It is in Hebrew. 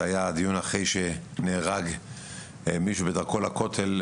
זה היה הדיון אחרי שנהרג מישהו בדרכו לכותל,